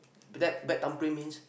bad bad thumbprint means